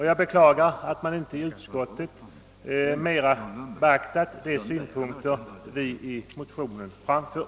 Jag beklagar att utskottet inte i större utsträckning beaktat dessa synpunkter.